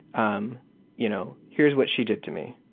um you know here is what she did to me.